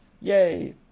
yay